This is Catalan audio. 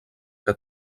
que